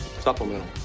Supplemental